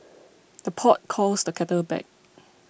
the pot calls the kettle black